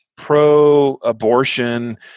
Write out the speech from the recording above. pro-abortion